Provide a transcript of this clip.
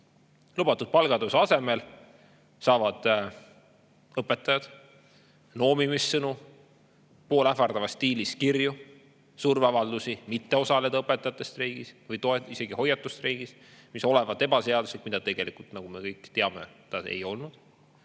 Lubatud palgatõusu asemel saavad õpetajad noomimissõnu, poolähvardavas stiilis kirju, surveavaldusi mitte osaleda õpetajate streigis, isegi mitte hoiatusstreigis, mis olevat ebaseaduslik, ehkki tegelikult, nagu me kõik teame, see seda ei olnud.